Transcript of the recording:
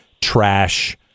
trash